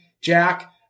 Jack